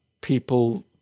people